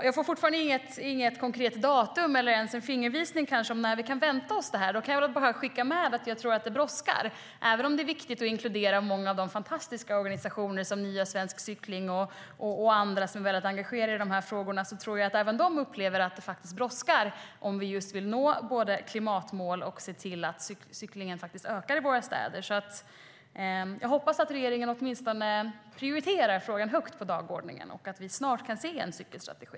Jag får fortfarande inget konkret datum eller ens en fingervisning om när vi kan vänta oss detta. Jag vill bara skicka med att jag tror att det brådskar. Även om det är viktigt att inkludera många fantastiska organisationer som Nya svensk cykling och andra som är engagerade i de här frågorna tror jag att även de upplever att det faktiskt brådskar om vi både vill nå klimatmål och vill se till att cyklingen i våra städer ökar. Jag hoppas att regeringen prioriterar detta högt på dagordningen och att vi snart kan se en cykelstrategi.